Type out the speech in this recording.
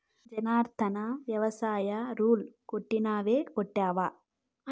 జనార్ధన, వ్యవసాయ రూలర్ కొంటానన్నావ్ కొంటివా